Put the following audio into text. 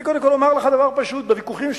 אני קודם כול אומר לך דבר פשוט: בוויכוחים,